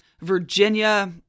Virginia